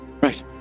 Right